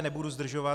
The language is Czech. Nebudu zdržovat.